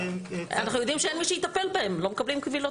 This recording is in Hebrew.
אנחנו יודעים שאין מי שיטפל בהן ולכן לא מקבלים קבילות.